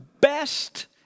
best